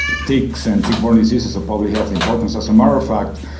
ticks and tick-borne diseases of public health importance. as a matter of fact,